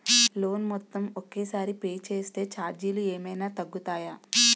Loan మొత్తం ఒకే సారి పే చేస్తే ఛార్జీలు ఏమైనా తగ్గుతాయా?